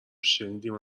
شنیدیم